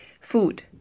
Food